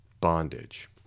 bondage